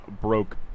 broke